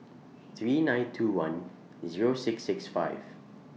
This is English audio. three nine two one Zero six six five